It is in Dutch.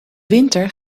winter